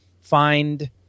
find